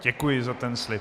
Děkuji za tento slib.